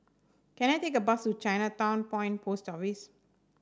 can I take a bus to Chinatown Point Post Office